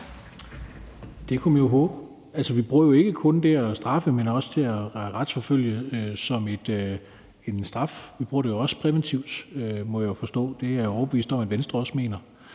Det kunne man jo håbe. Altså, vi bruger jo ikke kun det at straffe, men også det at retsforfølge som en straf. Vi bruger det jo også præventivt, må jeg forstå. Det er jeg overbevist om at Venstre også mener.